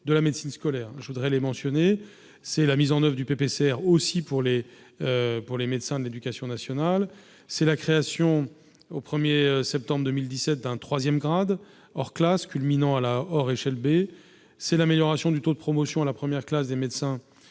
de la médecine scolaire, je voudrais les mentionner, c'est la mise en Oeuvres du PPCR aussi pour les, pour les médecins de l'Éducation nationale, c'est la création au 1er septembre 2017, d'un 3ème grade hors classe culminant à la hors échelle B c'est l'amélioration du taux de promotion à la 1ère classe des médecins